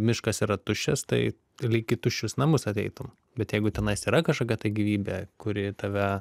miškas yra tuščias tai lyg į tuščius namus ateitum bet jeigu tenais yra kažkokia gyvybė kuri tave